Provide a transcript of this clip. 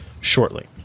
shortly